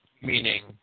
meaning